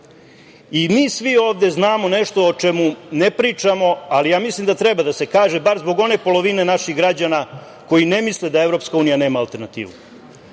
svi ovde znamo nešto o čemu ne pričamo, ali ja mislim da treba da se kaže, bar zbog one polovine naših građana koji ne misle da EU nema alternativu,